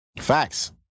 facts